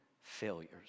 failures